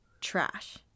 trash